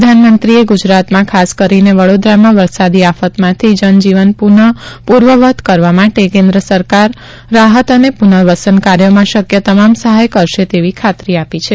પ્રધાનમંત્રીએ ગુજરાતમાં ખાસ કરીને વડોદરામાં વરસાદી આફતમાંથી જનજીવન પૂનઃપૂર્વવત કરવા માટે કેન્દ્ર સરકાર રાહત અને પૂનર્વસન કાર્યોમાં શક્ય તમામ સહાય કરશે તેવી ખાતરી આપી છે